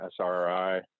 SRI